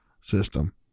system